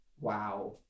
Wow